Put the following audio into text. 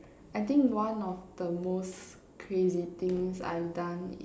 I think one of the most crazy things I've done is